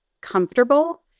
comfortable